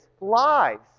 lives